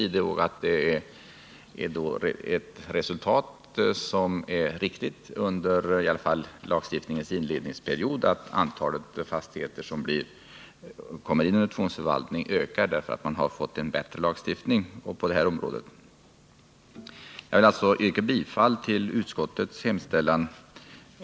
Att antalet fastigheter som kommer in under tvångsförvaltning ökar är då ett resultat som är riktigt, i varje fall under lagstiftningens inledningsperiod. Jag yrkar bifall till utskottets hemställan.